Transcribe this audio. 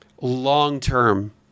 long-term